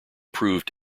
proved